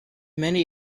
many